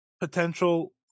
Potential